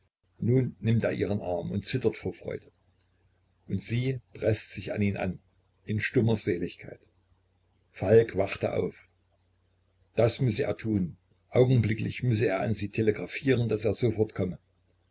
nun nimmt er ihren arm und zittert vor freude und sie preßt sich an ihn an in stummer seligkeit falk wachte auf das müsse er tun augenblicklich müsse er an sie telegraphieren daß er sofort komme